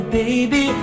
baby